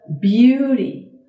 beauty